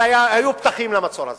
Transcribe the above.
אבל היו פתחים למצור הזה.